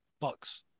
Bucks